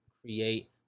create